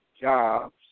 jobs